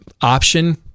option